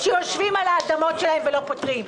-- שיושבים על האדמות שלהם ולא פותרים.